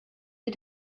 did